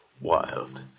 wild